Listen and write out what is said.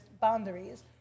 boundaries